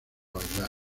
bailar